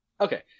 Okay